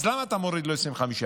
אז למה אתה מוריד לו 25%?